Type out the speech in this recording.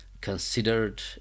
considered